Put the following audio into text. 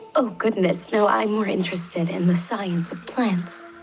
oh goodness no. i'm more interested in the science of plants!